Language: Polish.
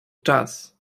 czas